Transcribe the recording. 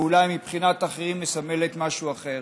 ואולי מבחינת אחרים מסמלת משהו אחר.